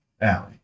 Alley